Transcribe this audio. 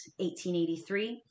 1883